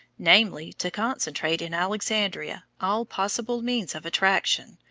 namely, to concentrate in alexandria all possible means of attraction,